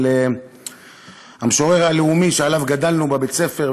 אבל המשורר הלאומי שעליו גדלנו בבית-הספר,